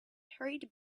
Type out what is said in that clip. hurried